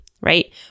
right